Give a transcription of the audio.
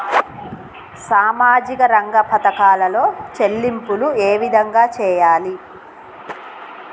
సామాజిక రంగ పథకాలలో చెల్లింపులు ఏ విధంగా చేయాలి?